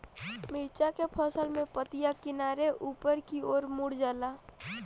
मिरचा के फसल में पतिया किनारे ऊपर के ओर मुड़ जाला?